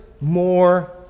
more